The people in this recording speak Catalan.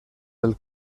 del